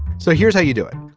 so here's how you do it.